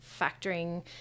factoring